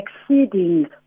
exceeding